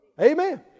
Amen